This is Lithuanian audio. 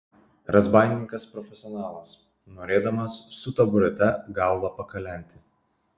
razbaininkas profesionalas norėdamas su taburete galvą pakalenti